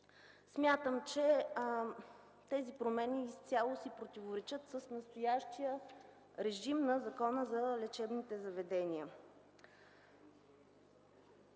Смятам, че тези промени изцяло си противоречат с настоящия режим на Закона за лечебните заведения.